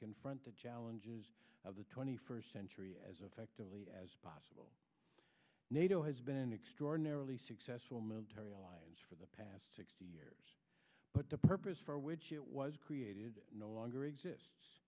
confront the challenges of the twenty first century as effectively as possible nato has been extraordinarily successful military alliance for the past sixty years but the purpose for which it was created no longer exists